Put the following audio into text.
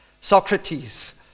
Socrates